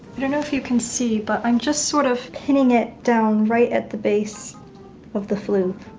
i don't know if you can see, but i'm just sort of pinning it down, right at the base of the floof,